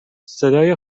صدای